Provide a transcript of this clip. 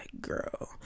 girl